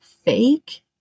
fake